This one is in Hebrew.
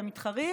והם מתחרים.